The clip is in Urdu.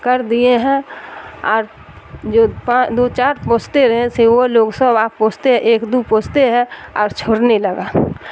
کر دیے ہیں اور جو پا دو چار پوستے رہے سے وہ لوگ سب آپ پوستے ہیں ایک دو پوستے ہیں اور چھوڑنے لگا